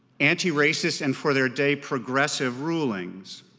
anti-racist and for their day progressive rulings.